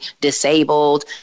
disabled